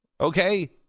okay